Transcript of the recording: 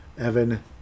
Evan